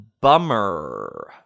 bummer